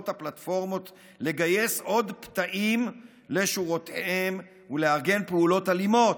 הפלטפורמות לגייס עוד פתאים לשורותיהם ולארגן פעולות אלימות.